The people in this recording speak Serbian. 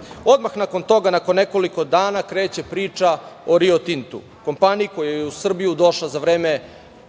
narod. Odmah nakon toga, nakon nekoliko dana kreće priča o „Rio Tintu“, kompaniji koja je u Srbiju došla za vreme